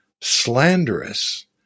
slanderous